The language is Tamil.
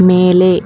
மேலே